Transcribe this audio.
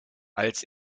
als